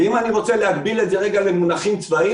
אם אני רוצה להקביל את זה למונחים צבאיים